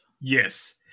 Yes